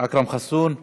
אכרם חסון,